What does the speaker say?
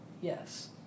Yes